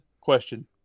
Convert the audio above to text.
question